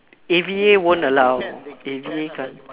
A_V_A won't allow A_V_A can't